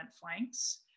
flanks